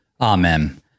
Amen